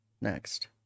Next